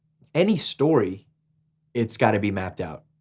any story it's gotta be mapped out.